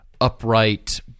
upright